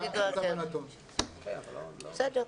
בסדר.